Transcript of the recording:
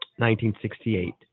1968